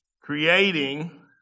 creating